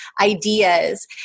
ideas